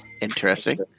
interesting